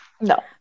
no